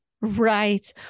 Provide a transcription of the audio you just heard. Right